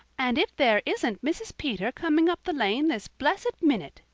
and if there isn't mrs. peter coming up the lane this blessed minute!